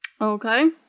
Okay